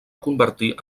convertir